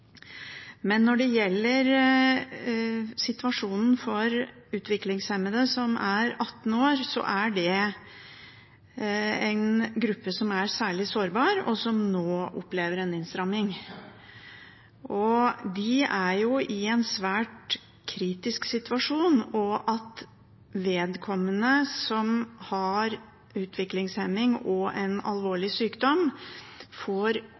Men når det gjelder situasjonen for utviklingshemmede som er 18 år, er det en gruppe som er særlig sårbar, og som nå opplever en innstramming. De er i en svært kritisk situasjon. At vedkommende som har utviklingshemning og en alvorlig sykdom, får